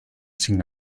sin